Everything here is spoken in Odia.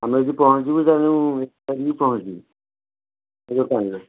ଆମେ ଯଦି ପହଞ୍ଚିବୁ ତାହାଲେ ଆମେ ପହଞ୍ଚିବୁ ଏଗାରଟା ଭିତରେ